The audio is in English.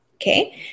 Okay